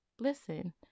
listen